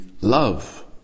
love